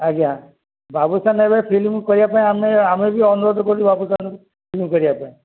ଆଜ୍ଞା ବାବୁସାନ୍ ଏବେ ଫିଲ୍ମ କରିବାପାଇଁ ଆମେ ଆମେ ବି ଅନୁରୋଧ କରୁ ବାବୁସାନ ଫିଲ୍ମ କରିବାପାଇଁ